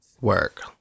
work